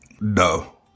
no